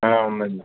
ఉందండి